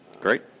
Great